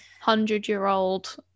hundred-year-old